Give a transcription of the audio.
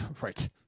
Right